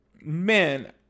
Man